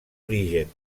origen